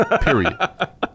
Period